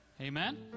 Amen